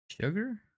Sugar